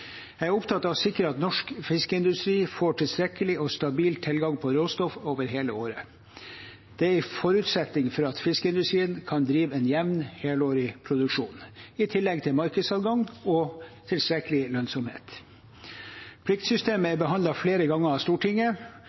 Jeg er opptatt av å sikre at norsk fiskeindustri får tilstrekkelig og stabil tilgang på råstoff gjennom hele året. Det er en forutsetning for at fiskeindustrien kan drive en jevn, helårlig produksjon – i tillegg til markedsadgang og tilstrekkelig lønnsomhet. Pliktsystemet er behandlet flere ganger av Stortinget.